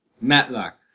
matlock